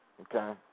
Okay